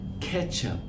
ketchup